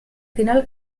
final